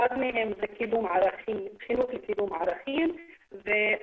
אחד מהם זה חינוך לקידום ערכים וגם